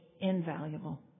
invaluable